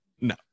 No